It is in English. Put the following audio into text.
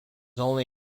only